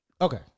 Okay